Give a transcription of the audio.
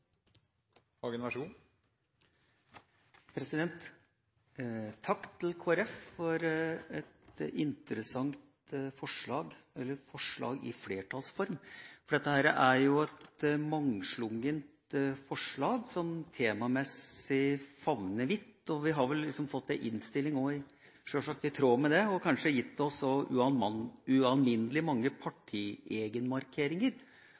skal betenast. Så då har eg fremma det forslaget nytt. Representanten Gjermund Hagesæter har tatt opp det forslaget han refererte til. Takk til Kristelig Folkeparti for et interessant forslag – eller forslag i flertallsform. For dette er et mangslungent forslag som temamessig favner vidt, og vi har vel også fått en innstilling i tråd med det, med ualminnelig mange